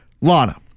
Lana